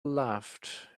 laughed